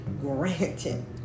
granted